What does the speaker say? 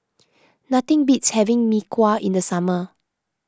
nothing beats having Mee Kuah in the summer